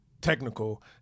technical